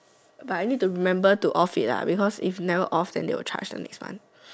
but I need to remember to off it lah because if never off they will charge the next month